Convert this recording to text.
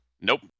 nope